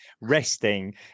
resting